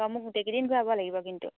অঁ মোক গোটেইকেইদিন ঘূৰাব লাগিব কিন্তু